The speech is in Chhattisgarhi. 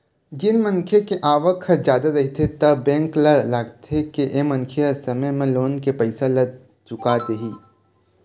जेन मनखे के आवक ह जादा रहिथे त बेंक ल लागथे के ए मनखे ह समे म लोन के पइसा ल चुका देही